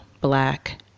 black